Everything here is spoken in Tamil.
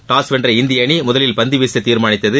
டாஸ் வென்ற இந்திய அணி முதலில் பந்துவீச தீர்மானித்தது